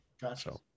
gotcha